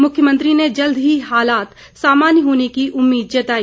मुख्यमंत्री ने जल्द ही हालात सामान्य होने की उम्मीद जताई